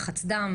יתר לחץ דם,